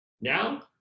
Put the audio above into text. Now